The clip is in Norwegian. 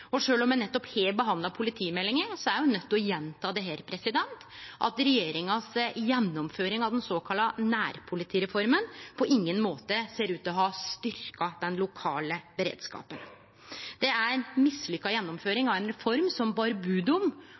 Og sjølv om me nettopp har behandla politimeldinga, er me nøydde til å gjenta det her, at regjeringas gjennomføring av den såkalla nærpolitireforma på ingen måte ser ut til å ha styrkt den lokale beredskapen. Det er ei mislukka gjennomføring av ei reform som bar bod om